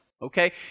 okay